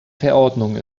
verordnung